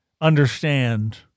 understand